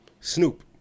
Snoop